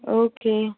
okay